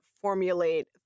formulate